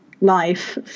life